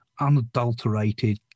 unadulterated